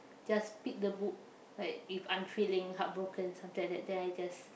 just pick the book like if I'm feeling heartbroken something like that then I just